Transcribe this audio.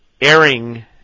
airing